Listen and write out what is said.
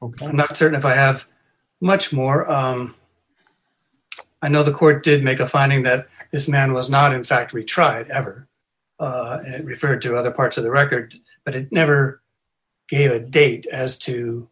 ok i'm not certain if i have much more i know the court did make a finding that this man was not in fact retried ever refer to other parts of the record but it never gave a date as to